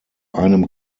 einem